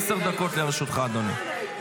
עשר דקות לרשותך, אדוני.